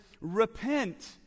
repent